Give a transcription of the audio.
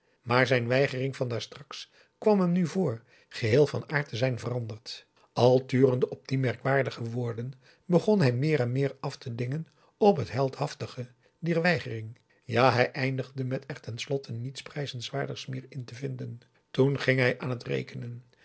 maar zijn weigering van daar straks kwam hem nu voor geheel van aard te zijn veranderd al turende op die merkwaardige woorden begon hij meer en meer af te dingen op t heldhaftige dier weigering ja hij eindigde met er ten slotte niets prijzenswaardigs meer in te vinden toen ging gij aan het rekenen